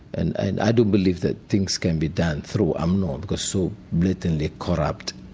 and and i do believe that things can be done through umno, um because so blatantly corrupt,